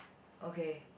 okay